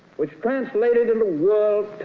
which translated into world